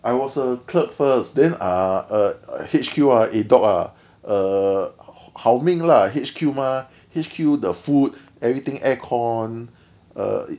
I was a clerk first then ah err H_Q ah eh dog ah err 好命 lah H_Q mah H_Q the food everything aircon err it